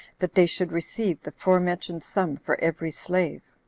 that they should receive the forementioned sum for every slave.